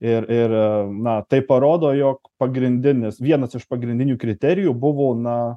ir ir na tai parodo jog pagrindinis vienas iš pagrindinių kriterijų buvo na